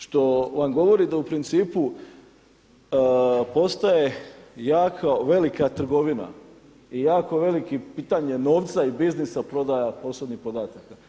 Što vam govori da u principu postoje jako velika trgovina i jako veliko pitanje novca i biznisa prodaje osobnih podataka.